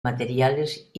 materiales